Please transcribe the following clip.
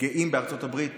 גאים בארצות הברית